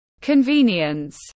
Convenience